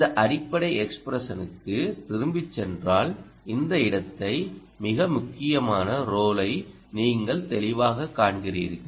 இந்த அடிப்படை எக்ஸ்ப்ரஷனுக்கு திரும்பிச் சென்றால் இந்த இடத்தை மிக முக்கியமான ரோலை நீங்கள் தெளிவாகக் காண்கிறீர்கள்